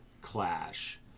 clash